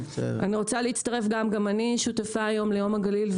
גם אני שותפה היום ליום הגליל.